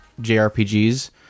JRPGs